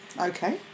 Okay